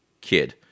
kid